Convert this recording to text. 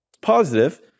positive